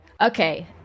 Okay